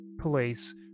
Police